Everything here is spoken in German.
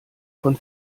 von